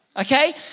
okay